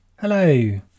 Hello